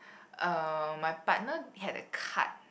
uh my partner had a cut